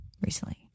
recently